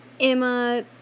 Emma